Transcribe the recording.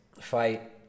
fight